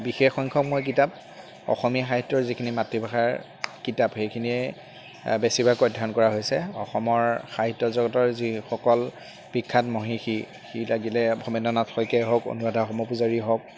বিশেষ সংখ্যক মই কিতাপ অসমীয়া সাহিত্যৰ যিখিনি মাতৃভাষাৰ কিতাপ সেইখিনিয়ে বেছিভাগ অধ্যয়ন কৰা হৈছে অসমৰ সাহিত্য জগতৰ যিসকল বিখ্যাত মহিয়সী সি লাগিলে ভবেন্দ্ৰনাথ শইকীয়াই হওক অনুৰাধা শৰ্মা পূজাৰী হওক